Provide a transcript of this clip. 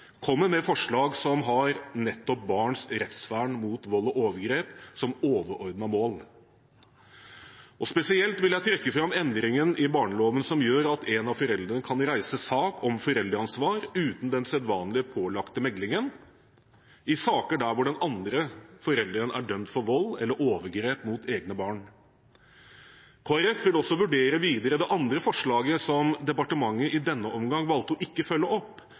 kommer med forslag som har nettopp barns rettsvern mot vold og overgrep som overordnet mål. Spesielt vil jeg trekke fram endringen i barneloven som gjør at en av foreldrene kan reise sak om foreldreansvar uten den sedvanlige pålagte meglingen i saker der den andre forelderen er dømt for vold eller overgrep mot egne barn. Kristelig Folkeparti vil også vurdere det andre forslaget, som departementet i denne omgang valgte å ikke følge opp,